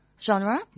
genre